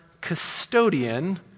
custodian